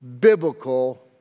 biblical